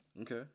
Okay